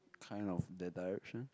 kind of that direction